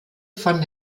von